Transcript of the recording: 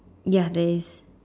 ya there is